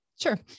Sure